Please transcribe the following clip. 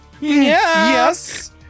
Yes